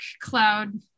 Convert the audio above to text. cloud